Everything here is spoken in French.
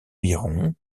biron